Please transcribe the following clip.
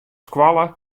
skoalle